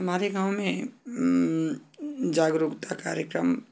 हमारे गाँव में जागरुकता कार्यक्रम